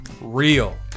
real